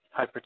hypertension